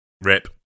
rip